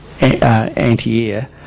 anti-air